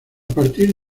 partir